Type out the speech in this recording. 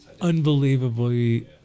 unbelievably